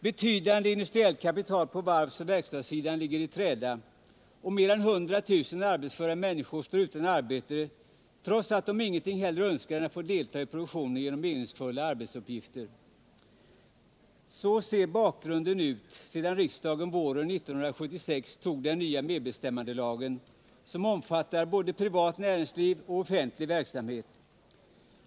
Betydande industriellt kapital på varvsoch verkstadsområdena ligger i träda och mer än 100 000 arbetsföra människor står utan arbete, trots att de ingenting hellre önskar än att få delta i produktionen genom meningsfulla arbetsuppgifter. Så ser bakgrunden ut sedan riksdagen våren 1976 antog den nya medbestämmandelagen, som omfattar både privat näringsliv och offentlig verksamhet.